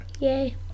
Yay